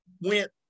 went